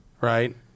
Right